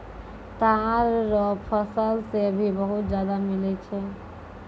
ताड़ रो फल से भी बहुत ज्यादा मिलै छै